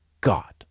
God